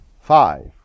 Five